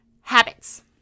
habits